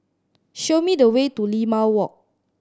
show me the way to Limau Walk